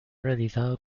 realizado